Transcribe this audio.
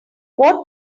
what